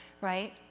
right